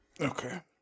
Okay